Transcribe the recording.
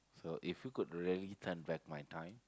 so if you could really turn back my time